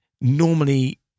normally